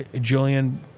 Julian